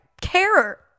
care